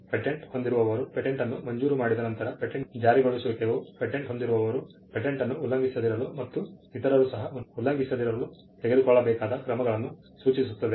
ಪೇಟೆಂಟನ್ನು ಮಂಜೂರು ಮಾಡಿದ ನಂತರ ಪೇಟೆಂಟ್ ಜಾರಿಗೊಳಿಸುವಿಕೆಯು ಪೇಟೆಂಟ್ ಹೊಂದಿರುವವರು ಪೇಟೆಂಟನ್ನು ಉಲ್ಲಂಘಿಸದಿರಲು ಮತ್ತು ಇತರರೂ ಸಹ ಉಲ್ಲಂಘಿಸದಿರಲು ತೆಗೆದುಕೊಳ್ಳಬೇಕಾದ ಕ್ರಮಗಳನ್ನು ಸೂಚಿಸುತ್ತದೆ